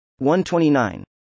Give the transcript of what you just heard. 129